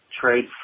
trade